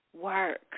work